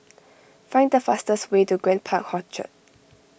find the fastest way to Grand Park Orchard